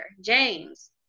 James